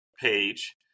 page